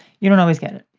you don't always get it.